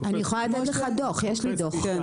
אני יכולה לתת לך דוח, יש לי דוח.